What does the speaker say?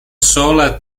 sola